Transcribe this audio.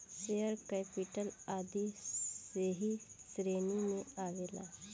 share capital आदी ऐही श्रेणी में आवेला